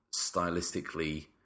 stylistically